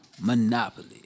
Monopoly